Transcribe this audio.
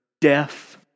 deaf